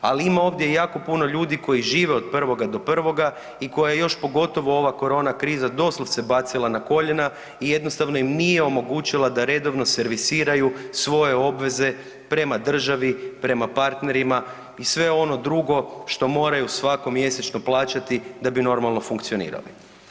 Ali ima ovdje jako puno ljudi koji žive od prvoga do prvoga i koje je još pogotovo ova korona kriza doslovce bacila na koljena i jednostavno im nije omogućila da redovno servisiraju svoje obveze prema državi, prema partnerima i sve ono drugo što moraju svako mjesečno plaćati da bi normalno funkcionirali.